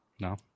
No